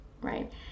right